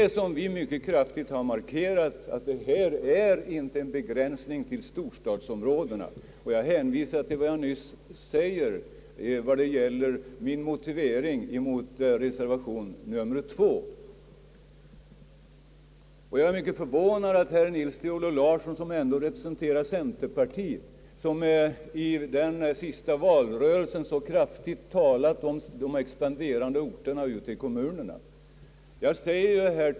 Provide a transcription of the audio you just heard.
Vi har mycket kraftigt markerat att dessa problem inte är begränsade till enbart storstadsområdena. Vad gäller min motivering emot reservation nr 2 hänvisar jag till vad jag nyss sagt. Jag är mycket förvånad över herr Nils Theodor Larssons inställning. Han representerar ändå centerpartiet, som i den senaste valrörelsen så kraftigt har talat om de expanderande orterna ute i kommunerna.